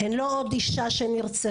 הן לא עוד אישה שנרצחה.